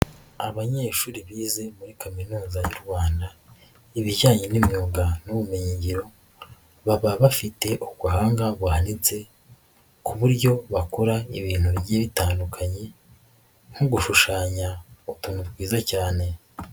Abanyeshuri bize muri kaminuza y'u Rwanda ibijyanye n'imyuga n'ubumenyingiro, baba bafite ubuhanga buhanitse ku buryo bakora ibintu bigiye bitandukanye nko gushushanya utuntu twiza cyane.